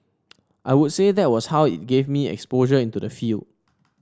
I would say that was how it gave me exposure into the field